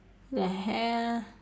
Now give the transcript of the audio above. the hell